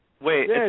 Wait